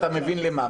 אתה מבין למה.